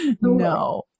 no